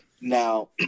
Now